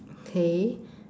okay